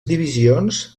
divisions